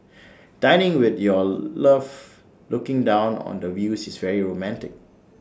dining with your love looking down on the views is very romantic